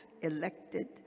elected